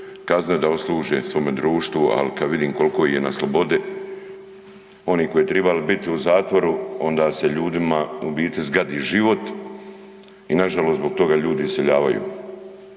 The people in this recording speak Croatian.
kazne, da odsluže svome društvu, ali kad vidim koliko ih je na slobodi, oni koji bi trebali biti u zatvoru, onda se ljudima u bit zgradi život i nažalost zbog toga ljudi iseljavaju.